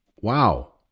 Wow